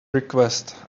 request